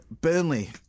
Burnley